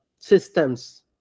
systems